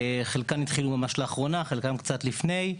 חלקן התחילו ממש לאחרונה וחלקן קצת לפני.